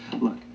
look